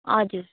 हजुर